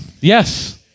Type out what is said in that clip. Yes